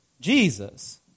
Jesus